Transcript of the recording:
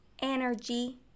energy